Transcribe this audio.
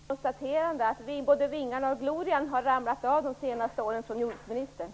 Fru talman! Ett kort konstaterande: Både glorian och vingarna har ramlat av det senaste året från jordbruksministern.